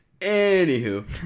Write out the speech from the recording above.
Anywho